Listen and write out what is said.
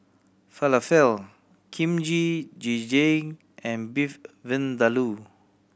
Falafel Kimchi Jjigae and Beef Vindaloo